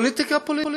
פוליטיקה, פוליטיקה,